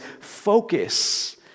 focus